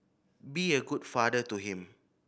be a good father to him